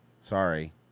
Sorry